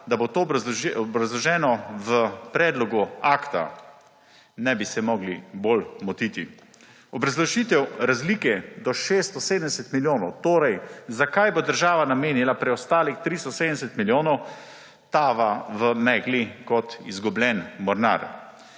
da bo to obrazloženo v predlogu akta. Ne bi se mogli bolj motiti! Obrazložitev razlike do 670 milijonov; torej, za kaj bo država namenila preostalih 370 milijonov, tava v megli kot izgubljeni mornar,